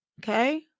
Okay